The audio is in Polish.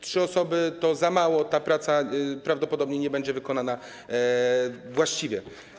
Trzy osoby to za mało, ta praca prawdopodobnie nie będzie wykonana właściwie.